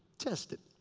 tested.